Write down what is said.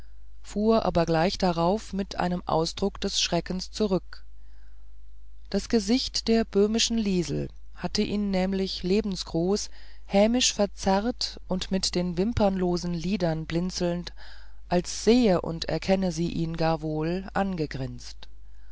fuhr aber gleich darauf mit einem ausdruck des schreckens zurück das gesicht der böhmischen liesel hatte ihn nämlich lebensgroß hämisch verzerrt und mit den wimperlosen lidern blinzelnd als sehe und erkenne sie ihn gar wohl angegrinst